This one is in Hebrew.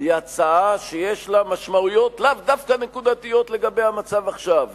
היא הצעה שיש לה משמעויות לאו דווקא נקודתיות לגבי המצב עכשיו,